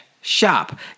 shop